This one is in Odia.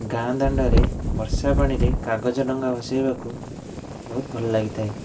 ଗାଁ ଦାଣ୍ଡରେ ବର୍ଷା ପାଣି ରେ କାଗଜ ଡ଼ଙ୍ଗା ଭସେଇବାକୁ ବହୁତ ଭଲ ଲାଗିଥାଏ